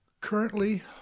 Currently